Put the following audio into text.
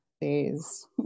days